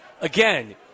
again